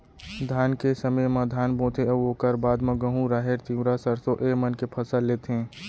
धान के समे म धान बोथें अउ ओकर बाद म गहूँ, राहेर, तिंवरा, सरसों ए मन के फसल लेथें